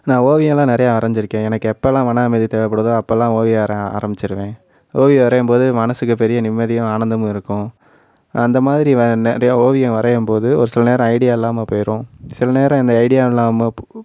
நான் ஓவியம்லாம் நிறையா வரைஞ்சுருக்கேன் எனக்கு எப்போல்லாம் மன அமைதி தேவைப்படுதோ அப்போல்லாம் ஓவிய வரைய ஆரம்மிச்சிருவேன் ஓவியம் வரையும் போது மனசுக்கு பெரிய நிம்மதியும் ஆனந்தமும் இருக்கும் அந்தமாதிரி வ நிறைய ஓவியம் வரையும் போது ஒரு சில நேரம் ஐடியா இல்லாமல் போயிடும் சில நேரம் இந்த ஐடியா இல்லாமல் போ